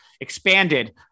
expanded